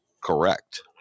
Correct